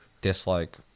dislike